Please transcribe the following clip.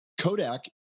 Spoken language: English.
Kodak